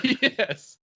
Yes